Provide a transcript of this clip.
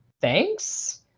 thanks